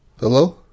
Hello